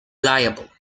liable